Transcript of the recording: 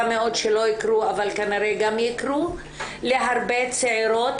מאוד שלא יקרו אבל כנראה גם יקרו להרבה צעירות,